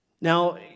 Now